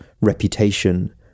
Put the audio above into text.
reputation